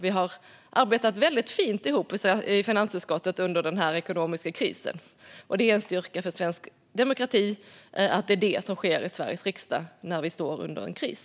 Vi har arbetat väldigt fint ihop i finansutskottet under den ekonomiska krisen. Det är en styrka för svensk demokrati att det är det som sker i Sveriges riksdag när vi står i en kris.